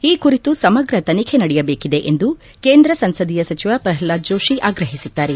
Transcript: ಈ ಕುರಿತು ಸಮಗ್ರ ತನಿಖೆ ನಡೆಯಬೇಕಿದೆ ಎಂದು ಕೇಂದ್ರ ಸಂಸದೀಯ ಸಚಿವ ಪ್ರಹ್ಲಾದ್ ಜೋತಿ ಆಗ್ರಹಿಸಿದ್ದಾರೆ